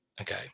Okay